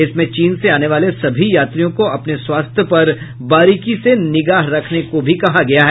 इसमें चीन से आने वाले सभी यात्रियों को अपने स्वास्थ्य पर बारीकी से निगाह रखने को भी कहा गया है